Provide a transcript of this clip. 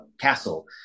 castle